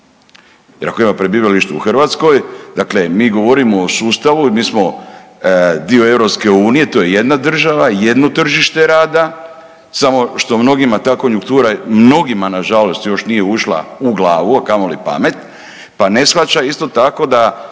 jer ako ima prebivalište u Hrvatskoj, dakle mi govorimo o sustavu i mi smo dio EU, to je jedna država i jedno tržište rada samo što mnogima ta konjuktura mnogima nažalost još nije ušla u glavu, a kamoli pamet pa ne shvaća isto tako da